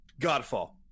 Godfall